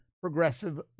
progressive